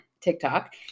tiktok